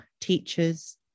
teachers